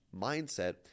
mindset